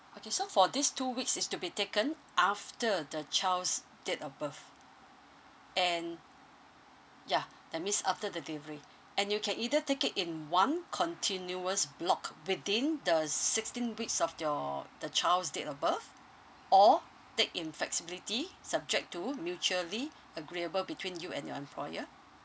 okay so for these two weeks is to be taken after the child's date of birth and yeah that means after the delivery and you can either take it in one continuous block within the sixteen weeks of your the child's date of birth or take in flexibility subject to mutually agreeable between you and your employer